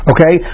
Okay